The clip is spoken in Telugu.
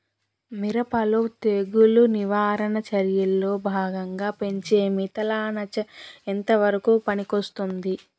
మిరప లో తెగులు నివారణ చర్యల్లో భాగంగా పెంచే మిథలానచ ఎంతవరకు పనికొస్తుంది?